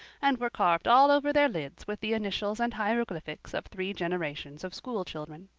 and were carved all over their lids with the initials and hieroglyphics of three generations of school children.